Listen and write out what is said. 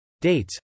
Dates